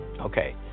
Okay